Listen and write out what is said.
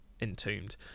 entombed